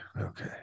okay